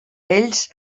ells